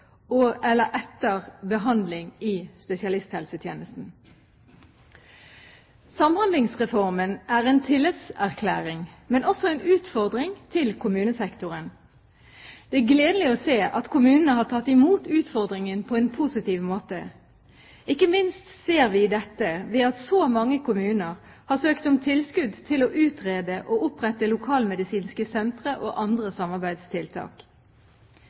for eller etter behandling i spesialisthelsetjenesten. Samhandlingsreformen er en tillitserklæring, men også en utfordring til kommunesektoren. Det er gledelig å se at kommunene har tatt imot utfordringen på en positiv måte. Ikke minst ser vi dette ved at så mange kommuner har søkt om tilskudd til å utrede og opprette lokalmedisinske sentre og andre samarbeidstiltak.